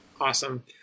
Awesome